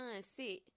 sit